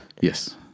Yes